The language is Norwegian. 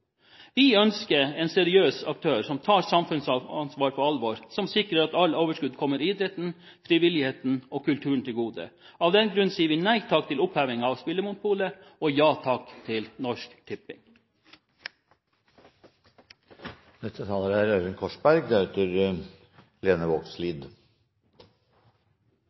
Vi ønsker en seriøs aktør som tar samfunnsansvar på alvor, og som sikrer at alt overskudd kommer idretten, frivilligheten og kulturen til gode. Av den grunn sier vi nei takk til oppheving av spillmonopolet og ja takk til Norsk